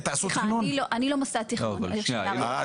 סליחה, אני לא מוסד תכנון, שנייה רגע.